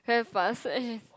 very fast